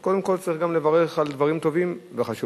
אז קודם כול צריך גם לברך על דברים טובים וחשובים,